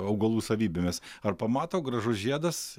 augalų savybėmis ar pamato gražus žiedas